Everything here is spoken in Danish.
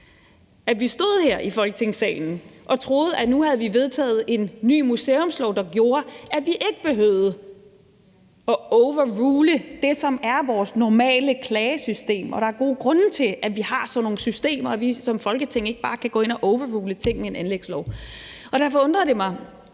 at vi stod her i Folketingssalen og troede, at nu havde vi vedtaget en ny museumslov, der gjorde, at vi ikke behøvede at overrule det, som er vores normale klagesystem. Og der er gode grunde til, at vi har sådan nogle systemer, og at vi som Folketing ikke bare kan gå ind og overrule ting med en anlægslov. Derfor undrede det mig,